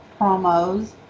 promos